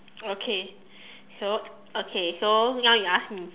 okay so okay so now you ask me